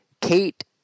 Kate